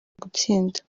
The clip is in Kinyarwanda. gutsinda